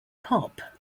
pop